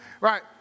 Right